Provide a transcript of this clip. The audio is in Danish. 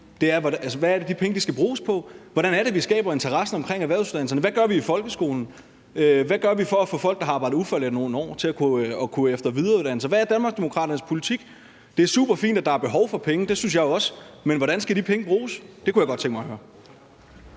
Hvad er det, de penge skal bruges på? Hvordan er det, vi skaber interessen omkring erhvervsuddannelserne? Hvad gør vi i folkeskolen? Hvad gør vi for at få folk, der har arbejdet ufaglært i nogle år, til at kunne efter- og videreuddanne sig? Hvad er Danmarksdemokraternes politik? Det er superfint, at der er behov for penge – det synes jeg også – men hvordan skal de penge bruges? Det kunne jeg godt tænke mig at høre.